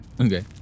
okay